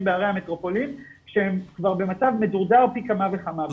בערי המטרופולין כשהם כבר במצב מדורדר פי כמה וכמה.